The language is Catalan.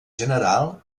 general